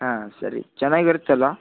ಹಾಂ ಸರಿ ಚೆನ್ನಾಗಿರುತ್ತಲ್ಲ